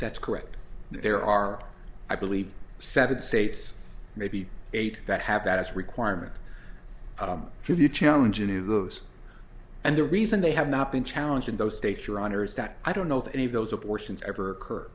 that's correct there are i believe seven states maybe eight that have that it's requirement if you challenge any of those and the reason they have not been challenging those states your honor is that i don't know if any of those abortions ever occur